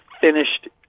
finished